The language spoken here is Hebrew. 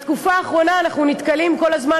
בתקופה האחרונה אנחנו נתקלים כל הזמן